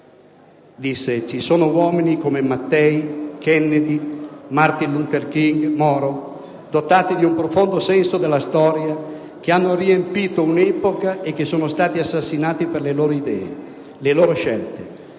"Ci sono uomini come Mattei, Kennedy, Martin Luther King, Moro, dotati di un profondo senso della storia che hanno riempito un'epoca e che sono stati assassinati per le loro idee,